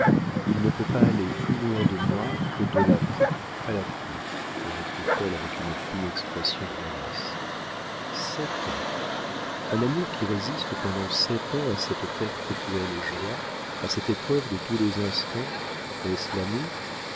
il ne peut pas aller plus loin de moi que de la poupe à la proue reprit-elle avec une fine expression de malice sept ans un amour qui résiste pendant sept ans à cette perpétuelle joie à cette épreuve de tous les instants est-ce l'amour